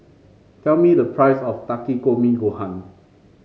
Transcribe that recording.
tell me the price of Takikomi Gohan